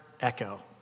echo